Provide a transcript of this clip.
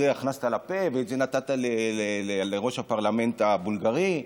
את זה הכנסת לפה ואת זה נתת לראש הפרלמנט הבולגרי?